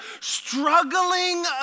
struggling